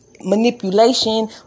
manipulation